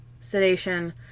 sedation